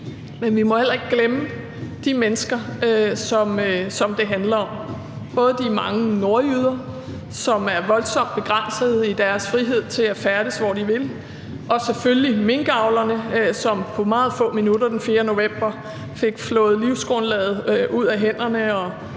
men vi må heller ikke glemme de mennesker, som det handler om, både de mange nordjyder, som er voldsomt begrænsede i deres frihed til at færdes, hvor de vil, og selvfølgelig minkavlerne, som på meget få minutter den 4. november fik flået livsgrundlaget ud af hænderne